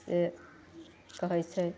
से कहय छै